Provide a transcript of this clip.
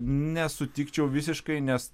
nesutikčiau visiškai nes